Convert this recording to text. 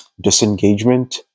disengagement